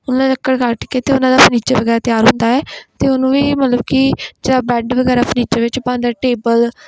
ਉਹਨਾਂ ਦਾ ਲੱਕੜ ਕੱਟ ਕੇ ਅਤੇ ਉਹਨਾਂ ਦਾ ਫਰਨੀਚਰ ਵਗੈਰਾ ਤਿਆਰ ਹੁੰਦਾ ਏ ਅਤੇ ਉਹਨੂੰ ਵੀ ਮਤਲਬ ਕਿ ਜਾਂ ਬੈਡ ਵਗੈਰਾ ਫਰਨੀਚਰ ਵਿੱਚ ਪਾਉਂਦੇ ਟੇਬਲ